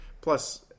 Plus